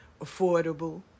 affordable